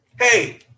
Hey